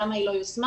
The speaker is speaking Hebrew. למה היא לא יושמה?